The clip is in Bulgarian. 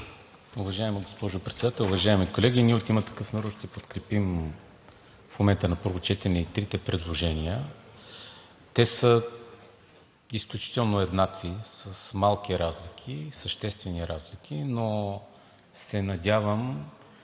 Уважаема госпожо Председател, уважаеми колеги! Ние от „Има такъв народ“ ще подкрепим в момента на първо четене и трите предложения. Те са изключително еднакви, с малки разлики, съществени разлики, но се надявам,